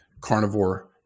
carnivore